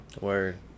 Word